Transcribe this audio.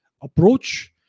approach